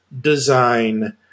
design